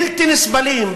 בלתי נסבלים,